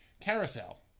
Carousel